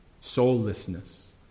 soullessness